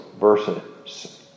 verses